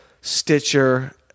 Stitcher